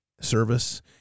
service